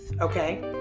Okay